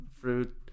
Fruit